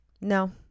no